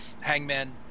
Hangman